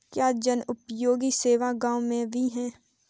क्या जनोपयोगी सेवा गाँव में भी है?